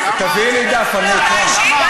זה נראה לך נאות שלא תיתני לה הודעה אישית?